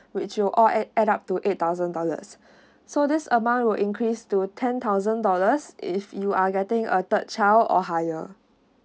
which you all add add up to eight thousand dollars so this amount will increase to ten thousand dollars if you are getting uh third child or higher